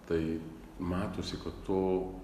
tai matosi kad to